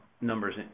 numbers